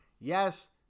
Yes